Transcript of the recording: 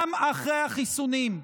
גם אחרי החיסונים.